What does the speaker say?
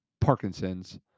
Parkinson's